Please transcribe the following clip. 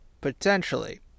potentially